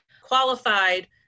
qualified